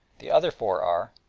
the other four are,